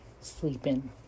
sleeping